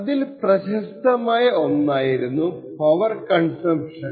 അതിൽ പ്രശസ്തമായ ഒന്നായിരുന്നു പവർ കൺസമ്പ്ഷൻ